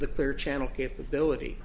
the third chance capability